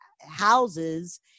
houses